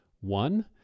One